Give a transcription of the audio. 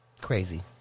Crazy